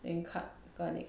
then cut garlic